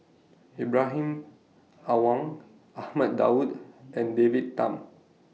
Ibrahim Awang Ahmad Daud and David Tham